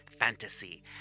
fantasy